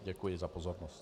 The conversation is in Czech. Děkuji za pozornost.